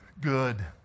Good